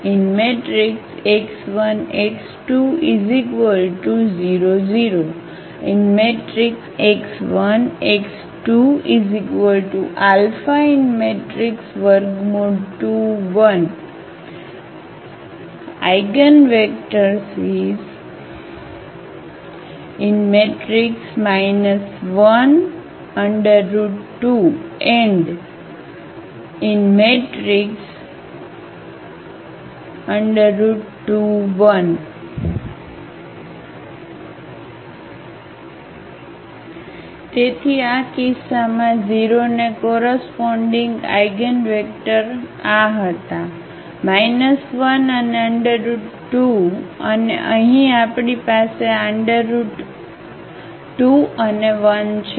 1 √2 √2 2 x1 x2 0 0 x1 x2 α√2 1 Eigenvectors 1 2 √2 1 તેથી આ કિસ્સામાં 0 ને કોરસપોન્ડીગ આઇગનવેક્ટર આ હતા 1 અને 2 અને અહીં આપણી પાસે આ 2 અને 1 છે